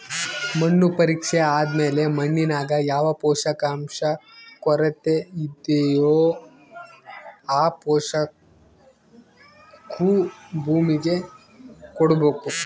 ಮಣ್ಣು ಪರೀಕ್ಷೆ ಆದ್ಮೇಲೆ ಮಣ್ಣಿನಾಗ ಯಾವ ಪೋಷಕಾಂಶ ಕೊರತೆಯಿದೋ ಆ ಪೋಷಾಕು ಭೂಮಿಗೆ ಕೊಡ್ಬೇಕು